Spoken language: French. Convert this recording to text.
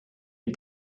est